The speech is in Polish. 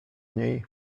niej